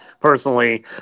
personally